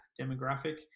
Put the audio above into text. demographic